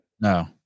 No